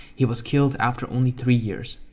he was killed after only three years.